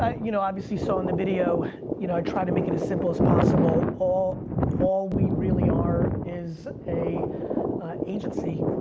ah you know, obviously you saw in the video, you know i try to make it as simple as possible. all all we really are is a agency.